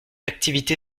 activité